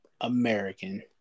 American